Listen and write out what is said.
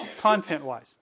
content-wise